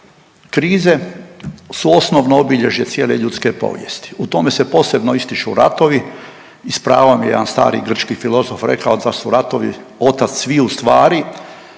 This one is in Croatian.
Krize su osnovno obilježje cijele ljudske povijesti. U tome se posebno ističu ratovi i s pravom je jedan stari grčki filozof rekao da su ratovi otac sviju stvari